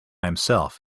himself